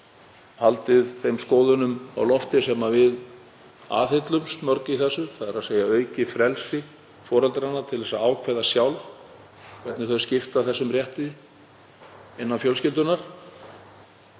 haldið þeim skoðunum á lofti sem við aðhyllumst mörg í þessu, þ.e. aukið frelsi foreldranna til að ákveða sjálfir hvernig þeir skipta þessum rétti innan fjölskyldunnar.